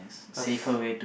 cause